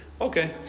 Okay